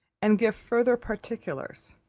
and give farther particulars